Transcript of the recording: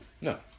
No